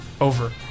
Over